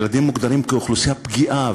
ילדים מוגדרים כאוכלוסייה פגיעה,